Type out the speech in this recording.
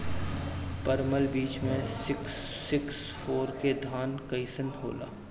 परमल बीज मे सिक्स सिक्स फोर के धान कईसन होला?